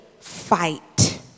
fight